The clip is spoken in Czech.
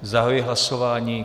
Zahajuji hlasování.